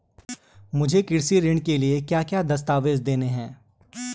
मुझे कृषि ऋण के लिए क्या क्या दस्तावेज़ देने हैं?